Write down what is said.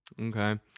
okay